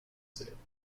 célèbres